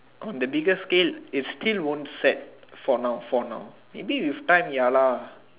on the bigger scale it still won't set for now for now maybe with time ya lah